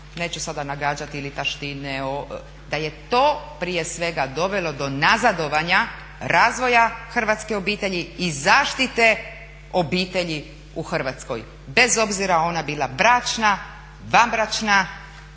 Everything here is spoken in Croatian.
neću sada nagađati ili taštine, da je to prije svega dovelo do nazadovanja hrvatske obitelji i zaštite obitelji u Hrvatskoj, bez obzira ona bila bračna, vanbračna,